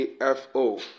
AFO